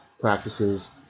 practices